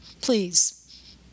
please